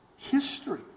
history